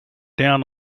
down